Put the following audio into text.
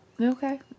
Okay